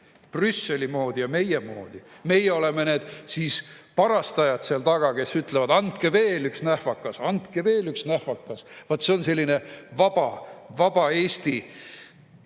Brüsseli moodi ja meie moodi. Meie oleme need siis parastajad seal taga, kes ütlevad: "Andke veel üks nähvakas! Andke veel üks nähvakas!" Vaat see on selline vaba Eesti